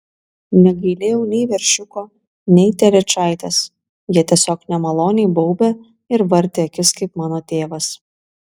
negailėjau nei veršiuko nei telyčaitės jie tiesiog nemaloniai baubė ir vartė akis kaip mano tėvas